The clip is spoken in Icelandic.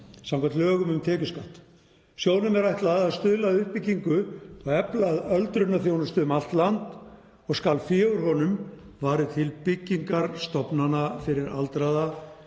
samkvæmt lögum um tekjuskatt. Sjóðnum er ætlað að stuðla að uppbyggingu og efla öldrunarþjónustu um allt land og skal fé úr honum varið til byggingar stofnana fyrir aldraða,